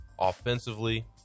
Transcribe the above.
offensively